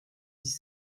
dix